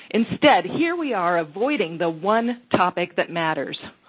instead, here we are avoiding the one topic that matters,